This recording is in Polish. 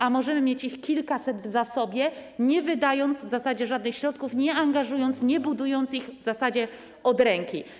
A możemy mieć ich kilkaset w zasobie, nie wydając w zasadzie żadnych środków, nie angażując, nie budując ich, w zasadzie od ręki.